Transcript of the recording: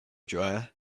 dryer